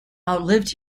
outlived